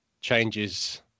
changes